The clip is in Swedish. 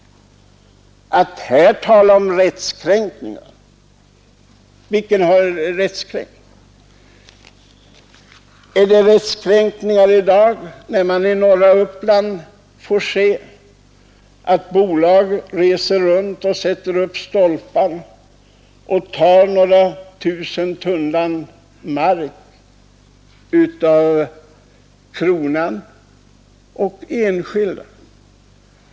Det talas här om rättskränkningar, men vems rätt har kränkts? Är det rättskränkningar när bolagens representanter i dag reser omkring i norra Uppland och sätter upp stolpar och tar några tusen tunnland mark av kronan och enskilda?